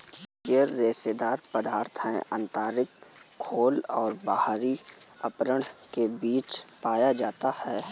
coir रेशेदार पदार्थ है आंतरिक खोल और बाहरी आवरण के बीच पाया जाता है